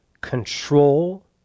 control